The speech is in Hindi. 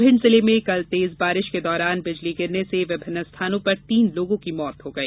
भिंड जिले में कल तेज बारिश के दौरान बिजली गिरने से विभिन्न स्थानों पर तीन लोगों की मौत हो गई